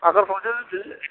आगोलआवसो